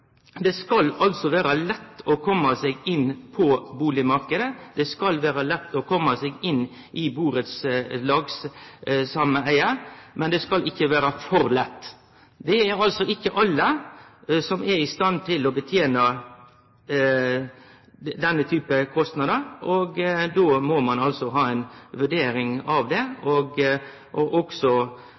Det skal vere lett å kome seg inn på bustadmarknaden. Det skal vere lett å kome seg inn i burettslagssameige, men det skal ikkje vere for lett. Det er altså ikkje alle som er i stand til å betene denne typen kostnader, og då må ein altså ha ei vurdering av det. Enkelte kjem då ikkje inn, og